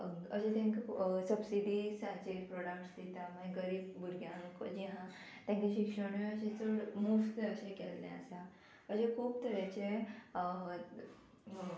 अशें तांकां सबसिडीजाचेर प्रोडक्ट्स दिता मागीर गरीब भुरग्यांक जें आहा तांकां शिक्षणूय अशें चड मुफ्त अशें केल्लें आसा अशें खूब तरेचे